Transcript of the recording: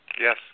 Yes